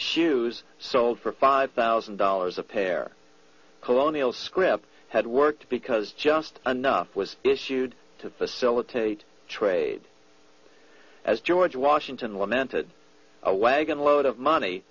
shoes sold for five thousand dollars a pair colonial scrip had worked because just enough was issued to facilitate trade as george washington lamented a wagon load of money